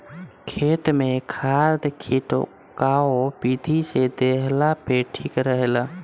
खेत में खाद खिटकाव विधि से देहला पे ठीक रहेला